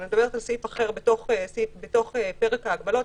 אני מדברת על סעיף אחר בתוך פרק ההגבלות,